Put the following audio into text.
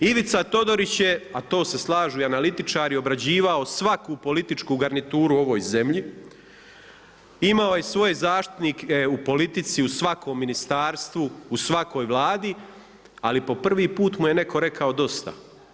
Ivica Todorić, a to se slažu i analitičari obrađivao svaku političku garnituru u ovoj zemlji, imao je svoje zaštitnike u politici u svakom ministarstvu u svakoj vladi, ali po prvi put mu je neko rekao dosta.